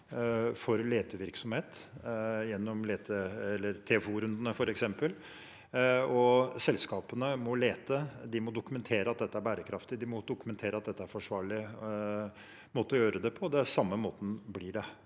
for letevirksomhet gjennom TFO-rundene, f.eks. Selskapene må lete, de må dokumentere at dette er bærekraftig, de må dokumentere at dette er en forsvarlig måte å gjøre det på. Det blir på samme måte i dette